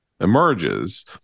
emerges